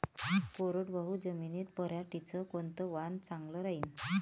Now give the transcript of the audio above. कोरडवाहू जमीनीत पऱ्हाटीचं कोनतं वान चांगलं रायीन?